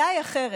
אחר,